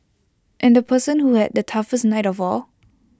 and the person who had the toughest night of all